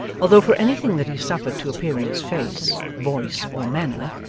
although for anything that he suffered to appear in his face, voice, or manner,